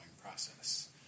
process